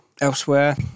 Elsewhere